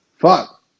fuck